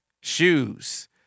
shoes